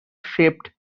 shaped